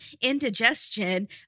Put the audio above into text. indigestion